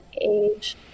age